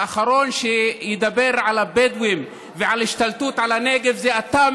האחרון שידבר על הבדואים ועל השתלטות על הנגב זה אתה,